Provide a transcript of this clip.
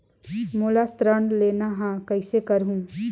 मोला ऋण लेना ह, कइसे करहुँ?